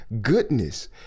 goodness